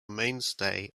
mainstay